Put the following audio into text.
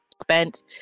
spent